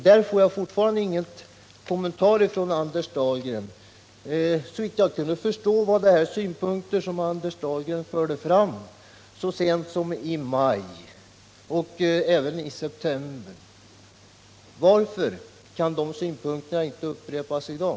Där får jag fortfarande ingen kommentar från An — kens utlåders Dahlgren. Såvitt jag kan förstå är detta synpunkter som Anders = ningspolitik Dahlgren förde fram så sent som i maj och även i september. Varför kan de synpunkterna inte upprepas i dag?